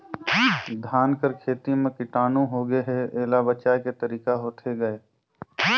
धान कर खेती म कीटाणु होगे हे एला बचाय के तरीका होथे गए?